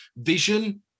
vision